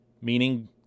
meaning